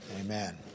Amen